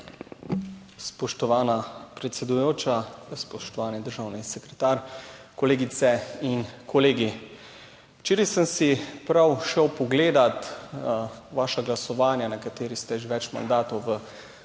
Spoštovana predsedujoča, spoštovani državni sekretar, kolegice in kolegi. Včeraj sem si prav šel pogledat vaša glasovanja na kateri ste že več mandatov v